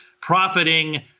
profiting